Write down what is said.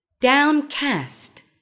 downcast